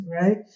right